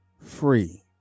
free